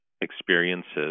experiences